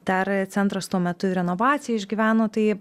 dar centras tuo metu ir renovaciją išgyveno tai